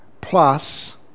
plus